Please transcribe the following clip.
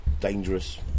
Dangerous